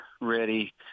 ready